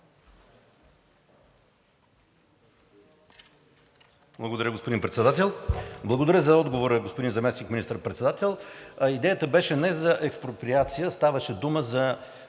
Благодаря, господин Председател. Благодаря за отговора, господин Заместник министър-председател. Идеята беше не за експроприация, а ставаше дума за